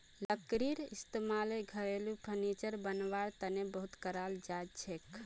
लकड़ीर इस्तेमाल घरेलू फर्नीचर बनव्वार तने बहुत कराल जाछेक